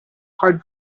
hard